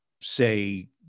say